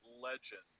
Legend